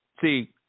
See